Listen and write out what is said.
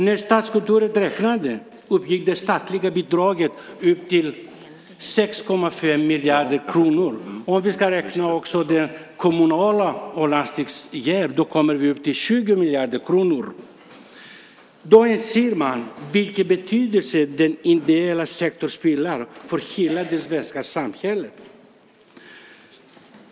När Statskontoret räknade uppgick de statliga bidragen till ideella organisationer till nästan 6,5 miljarder kronor. Räknar vi också det kommunala stödet och landstingsstödet kommer vi upp till ca 20 miljarder kronor. Då inser man vilken betydelse den ideella sektorn har för hela det svenska samhället.